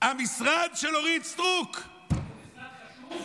המשרד של אורית סטרוק, זה משרד חשוב?